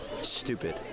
stupid